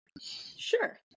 Sure